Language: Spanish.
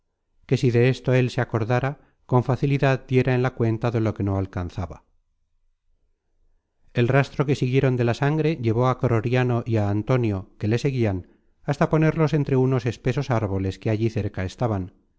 que si de esto él se acordara con facilidad diera en la cuenta de lo que no alcanzaba el rastro que siguieron de la sangre llevó á croriano y á antonio que le seguian hasta ponerlos entre unos espesos árboles que allí cerca estaban